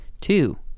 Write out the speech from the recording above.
Two